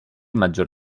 maggior